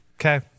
okay